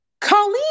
Colleen